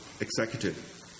executive